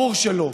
ברור שלא.